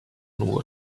nur